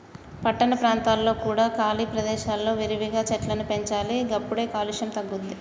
పట్టణ ప్రాంతాలలో కూడా ఖాళీ ప్రదేశాలలో విరివిగా చెట్లను పెంచాలి గప్పుడే కాలుష్యం తగ్గుద్ది